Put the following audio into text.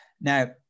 Now